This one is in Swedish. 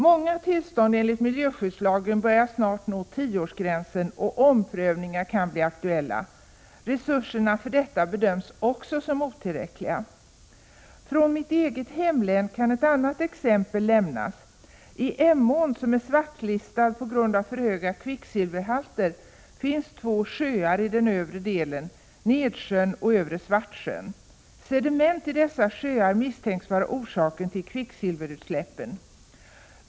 Många tillstånd enligt miljöskyddslagen börjar snart nå tioårsgränsen, och omprövningar kan bli aktuella. Resurserna för detta bedöms också som otillräckliga. Från mitt eget hemlän kan ett annat exempel lämnas. Emån, som är svartlistad på grund av för höga kvicksilverhalter, passerar två sjöar i den övre delen, Nedsjön och Övre Svartsjön. Sediment i dessa sjöar misstänks vara orsaken till kvicksilverutsläppen.